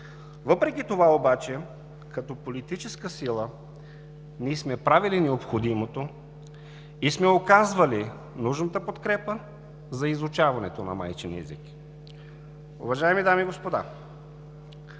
Въпреки това, като политическа сила ние сме правили необходимото и сме оказвали нужната подкрепа за изучаването на майчин език. Уважаеми дами и господа,